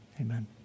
amen